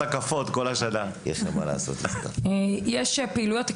יש פעילויות,